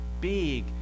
big